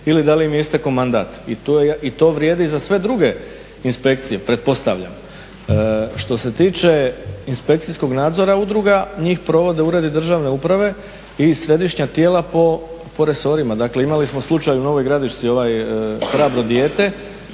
ili da li im je istekao mandat. I to vrijedi i za sve druge inspekcije pretpostavljam. Što se tiče inspekcijskog nadzora udruga, njih provode Uredi državne uprave i središnja tijela po resorima. Dakle, imali smo slučaj u Novoj gradišci ovaj hrabro dijete,